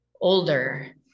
older